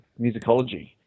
Musicology